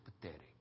pathetic